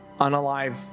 unalive